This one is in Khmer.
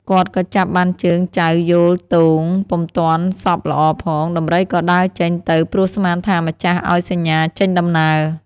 គាត់ក៏ចាប់បានជើងចៅយោលទោងពុំទាន់ស៊ប់ល្អផង ដំរីក៏ដើរចេញទៅព្រោះស្មានថា ម្ចាស់ឱ្យសញ្ញាចេញដំណើរ។